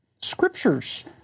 scriptures